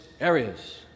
areas